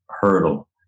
hurdle